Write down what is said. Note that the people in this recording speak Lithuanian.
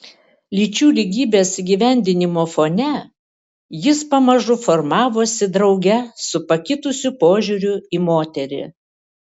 lyčių lygybės įgyvendinimo fone jis pamažu formavosi drauge su pakitusiu požiūriu į moterį